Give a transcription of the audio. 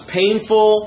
painful